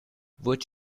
would